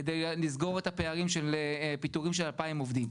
כדי לסגור את הפערים של פיטורים של 2,000 עובדים.